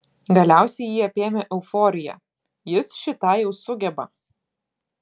galiausiai jį apėmė euforija jis šį tą jau sugeba